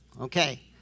Okay